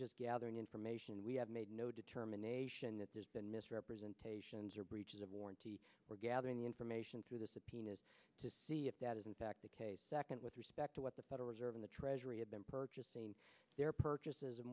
just gathering information we have made no determination that there's been misrepresentations or breaches of warranty or gathering information through the subpoenas to see if that is in fact the case second with respect to what the federal reserve in the treasury of them purchasing their purchases